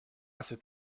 cet